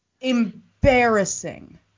Embarrassing